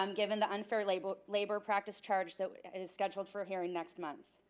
um given the unfair labor labor practice charge that and is scheduled for hearing next month.